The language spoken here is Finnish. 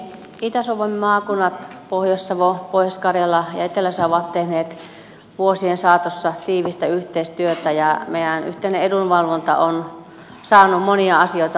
itä suomen maakunnat pohjois savo pohjois karjala ja etelä savo ovat tehneet vuosien saatossa tiivistä yhteistyötä ja meidän yhteinen edunvalvontamme on saanut monia asioita aikaiseksi